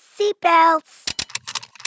Seatbelts